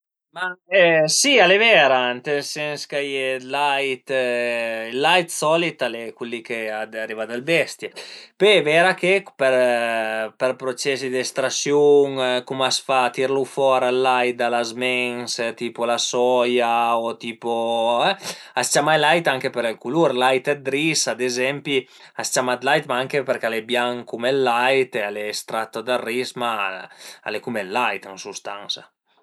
Ma si al e vera, ënt ël sens ch'a ie ël lait, ël lait d'solit al e cul li ch'a deriva da le bestie, pöi al e vera che per processi d'estrasiun cum a s'fa a tirelu fora ël lait da la zmensa, tipu la soia o tipo, a së ciama lait për ël culur, ël lait d'ris ad ezempi a së ciama lait ma anche përché al e bianch cum ël lait, al e estratto dal ris, ma al e cum ël lait ën sustansa